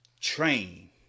Train